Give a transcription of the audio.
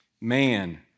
Man